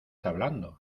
hablando